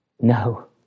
no